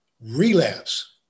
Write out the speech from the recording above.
relapse